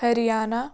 Haryana